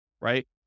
right